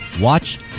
watch